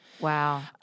Wow